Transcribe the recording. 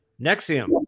Nexium